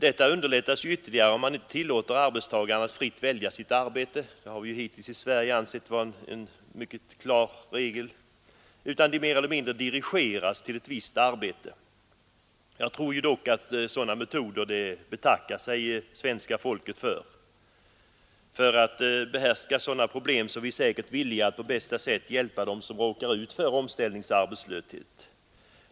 Detta underlättas ju ytterligare om man inte tillåter arbetstagaren att fritt välja sitt arbete — hittills har vi ju här i Sverige ansett det som en mycket klar regel — utan mer eller mindre dirigerar honom till ett visst arbete. Jag tror dock att svenska folket betackar sig för sådana metoder. För att bemästra sådana problem är vi helt säkert villiga att på bästa sätt hjälpa dem som råkar ut för omställningsarbetslöshet.